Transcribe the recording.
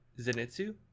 Zenitsu